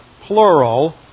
plural